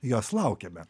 jos laukiame